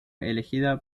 elegida